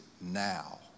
now